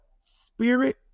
spirit